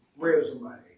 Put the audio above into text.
Resume